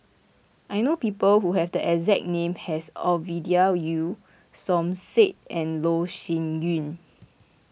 I know people who have the exact name as Ovidia Yu Som Said and Loh Sin Yun